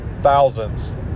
thousands